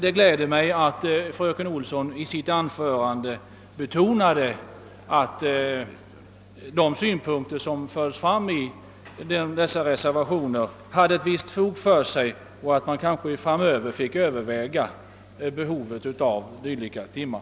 Det gläder mig att fröken Olsson i sitt anförande betonade att de synpunkter som fördes fram i dessa reservationer hade ett visst fog för sig och att man kanske i framtiden får överväga behovet av dylika timmar.